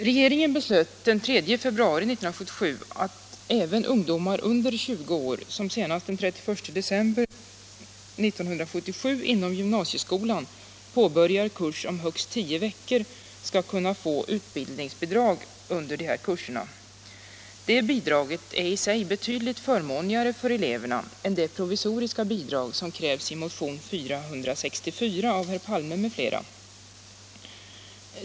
Regeringen beslöt den 3 februari 1977 att även ungdomar under 20 år, som senast den 31 december 1977 inom gymnasieskolan påbörjar kurs om högst 10 veckor, skall kunna få utbildningsbidrag. Det bidraget är i sig betydligt förmånligare för eleverna än det provisoriska bidrag som krävs i motion 464 av herr Palme m.fl.